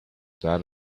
that